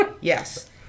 Yes